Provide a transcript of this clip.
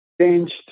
changed